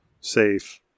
safe